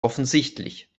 offensichtlich